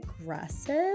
aggressive